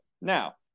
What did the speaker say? Now